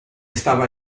stava